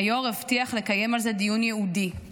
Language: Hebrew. היו"ר הבטיח לקיים על זה דיון ייעודי,